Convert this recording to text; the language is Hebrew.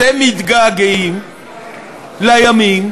אתם מתגעגעים לימים